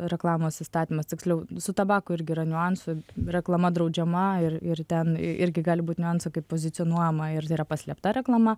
reklamos įstatymas tiksliau su tabaku ir gira niuansų reklama draudžiama ir ir ten irgi gali būt niuansų kaip pozicionuojama ir tai yra paslėpta reklama